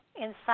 inside